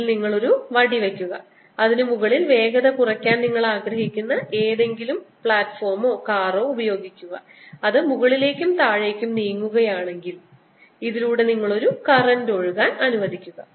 ഇതിൽ നിങ്ങൾ ഒരു വടി വയ്ക്കുക അതിന് മുകളിൽ വേഗത കുറയ്ക്കാൻ നിങ്ങൾ ആഗ്രഹിക്കുന്ന ഏതെങ്കിലും പ്ലാറ്റ്ഫോമോ കാറോ ഉപയോഗിക്കുക അത് മുകളിലേക്കും താഴേക്കും നീങ്ങുകയാണെങ്കിൽ ഇതിലൂടെ നിങ്ങൾ ഒരു കറന്റ് ഒഴുകാൻ അനുവദിക്കുക